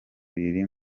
riri